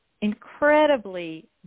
incredibly